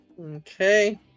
Okay